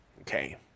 Okay